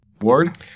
Ward